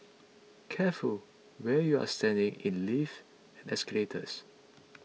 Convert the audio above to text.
careful where you're standing in lifts and escalators